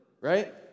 right